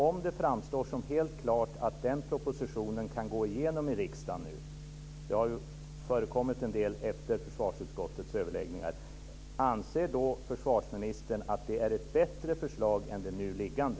Om det framstår som helt klart att propositionen kan gå igenom i riksdagen nu, det har ju förekommit en del efter försvarsutskottets överläggningar, anser då försvarsministern att det är ett bättre förslag än det nu liggande?